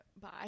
Bye